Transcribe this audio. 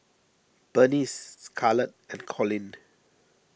Bernice Scarlet and Colin